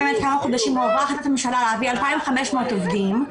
כמה חודשים הועברה החלטת ממשלה להביא 2,500 עובדים,